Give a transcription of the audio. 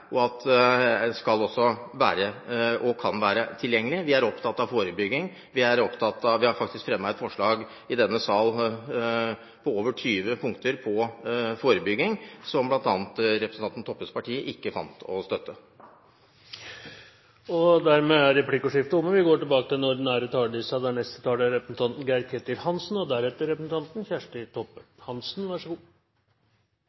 oppfatning at en lovlig vare som alkohol skal og kan være tilgjengelig. Vi er opptatt av forebygging. Vi har faktisk fremmet et forslag i denne sal med over 20 punkter om forebygging, som bl.a. representanten Toppes parti ikke fant å støtte. Dermed er replikkordskiftet omme. Jeg er glad for å kunne konstatere at innenfor et relativt stramt statsbudsjett øker helsebudsjettet med vel 2 mrd. kr. Det samlede budsjettet er